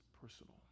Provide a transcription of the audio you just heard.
personal